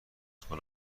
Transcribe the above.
کنم